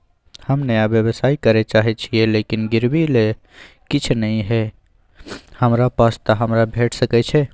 हम नया व्यवसाय करै चाहे छिये लेकिन गिरवी ले किछ नय ये हमरा पास त हमरा भेट सकै छै?